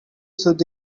through